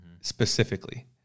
specifically